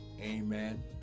Amen